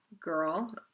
girl